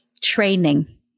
training